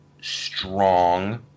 strong